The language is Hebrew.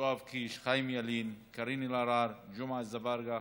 יואב קיש, חיים ילין, קארין אלהרר, ג'מעה אזברגה,